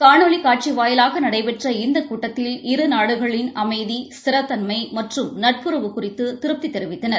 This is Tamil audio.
காணொலி காட்சி வாயிலாக நடைபெற்ற இந்த கூட்டத்தில் இரு நாடுகளின் அமைதி ஸ்திரத்தன்மை மற்றும் நட்புறவு குறித்து திருப்தி தெரிவித்தனர்